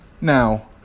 Now